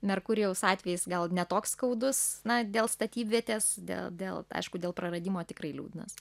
merkurijaus atvejis gal ne toks skaudus na dėl statybvietės dėl dėl aišku dėl praradimo tikrai liūdnas